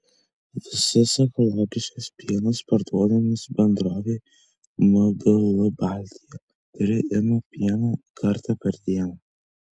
visas ekologiškas pienas parduodamas bendrovei mgl baltija kuri ima pieną kartą per dieną